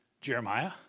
Jeremiah